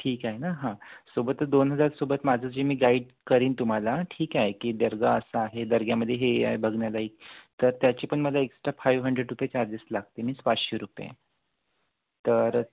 ठीक आहे ना हां सोबत दोन हजारसोबत माझं जे मी गाईड करीन तुम्हाला ठीक आहे की दर्गा असा आहे दर्ग्यामध्ये हे आहे बघण्यालायक तर त्याची पण मला एक्स्ट्रा फाईव हंड्रेड रुपये चार्जेस लागते मीन्स पाचशे रुपये तर